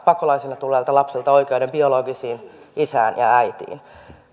pakolaisina tulleilta lapsilta oikeuden biologiseen isään ja äitiin